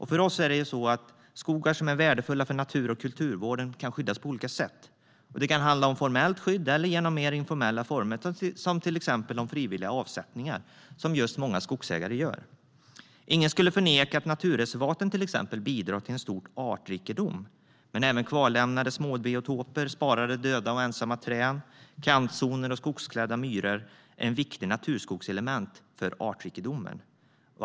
För oss är det så att skogar som är värdefulla för natur och kulturvården kan skyddas på olika sätt. Det kan handla om formellt skydd eller mer informellt, som till exempel de frivilliga avsättningar som många skogsägare gör. Ingen skulle förneka att naturreservaten, till exempel, bidrar till en stor artrikedom. Men även kvarlämnade småbiotoper, sparade döda och ensamma träd, kantzoner och skogsklädda myrar är viktiga naturskogselement för artrikedomen.